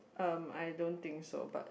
um I don't think so but